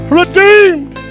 redeemed